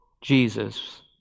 Jesus